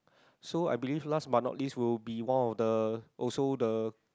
so I believe last but not least will be one of the also the